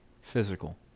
Physical